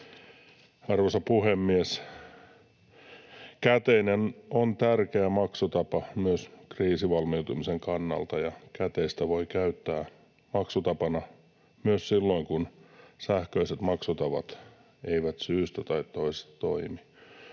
Arvoisa puhemies! Käteinen on tärkeä maksutapa myös kriisivalmiuden kannalta, ja käteistä voi käyttää maksutapana myös silloin, kun sähköiset maksutavat eivät syystä tai toisesta toimi.